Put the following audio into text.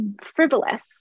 frivolous